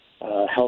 health